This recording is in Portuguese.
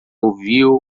ouviu